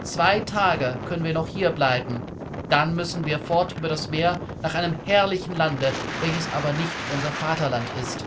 zwei tage können wir noch hier bleiben dann müssen wir fort über das meer nach einem herrlichen lande welches aber nicht unser vaterland ist